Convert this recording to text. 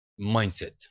mindset